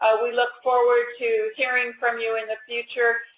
ah we look forward to hearing from you in the future.